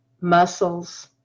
muscles